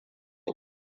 in